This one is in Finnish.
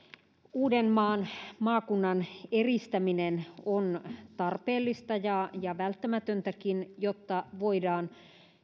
uudenmaan maakunnan eristäminen on tarpeellista ja ja välttämätöntäkin jotta voidaan